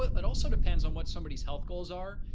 but it also depends on what somebody's health goals are,